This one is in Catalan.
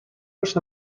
los